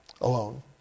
alone